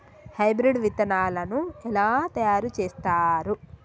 Hybrid విత్తనాలను ఎలా తయారు చేస్తారు?